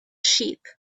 sheep